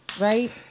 right